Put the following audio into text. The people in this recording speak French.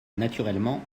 naturellement